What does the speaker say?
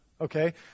Okay